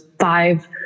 five